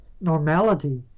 normality